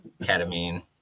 ketamine